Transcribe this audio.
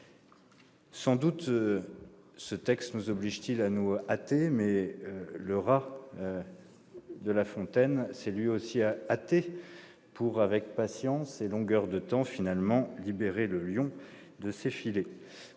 Sans doute, ce texte nous oblige-t-il à nous hâter. Mais le rat de La Fontaine ne s'est-il pas lui aussi hâté avec « patience et longueur de temps » pour finalement libérer le lion de ses filets